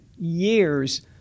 years